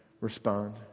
respond